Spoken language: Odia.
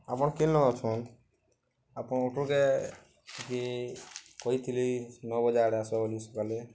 ଆପଣ କେନ ଅଛନ୍ ଆପଣ୍ ଅଟୋକେ କହିଥିଲି ନଅ ବଜେ ଆଡ଼େ ଆସ ବୋଲି ସକାଲେ